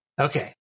Okay